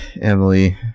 Emily